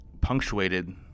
punctuated